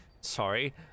Sorry